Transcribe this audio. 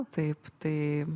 taip tai